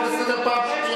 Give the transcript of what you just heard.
אני קורא לך לסדר פעם שנייה.